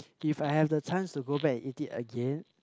if I have the chance to go back and eat it again